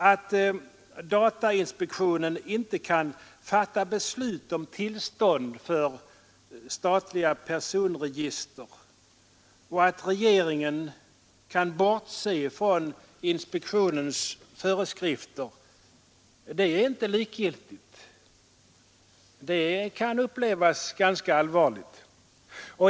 Att datainspektionen inte kan fatta beslut om tillstånd för statliga personregister och att regeringen kan bortse från inspektionens föreskrifter är inte likgiltigt. Det kan upplevas som ganska allvarligt.